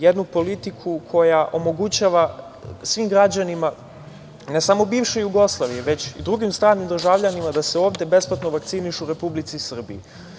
Jednu politiku koja omogućava svim građanima, ne samo bivše Jugoslavije već i drugim stranim državljanima da se ovde besplatno vakcinišu u Republici Srbiji.